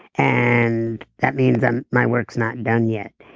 and that means and my works not done yet.